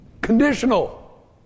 Conditional